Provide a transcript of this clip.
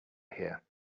here